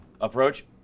approach